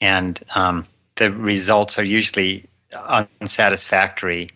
and um the results are usually ah unsatisfactory.